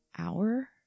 hour